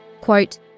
Quote